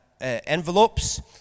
envelopes